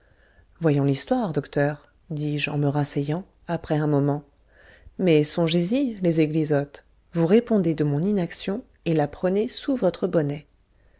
voyons l'histoire docteur dis-je en me rasseyant après un moment mais songez-y les eglisottes vous répondez de mon inaction et la prenez sous votre bonnet